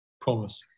promise